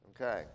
Okay